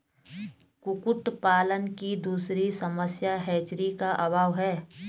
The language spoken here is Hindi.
कुक्कुट पालन की दूसरी समस्या हैचरी का अभाव है